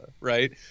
right